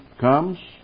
comes